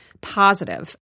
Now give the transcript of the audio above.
positive